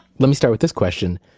let me start with this question.